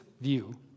view